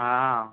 हा